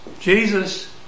Jesus